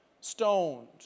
stoned